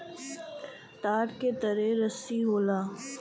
तार के तरे रस्सी होला